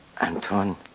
Anton